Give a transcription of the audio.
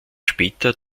später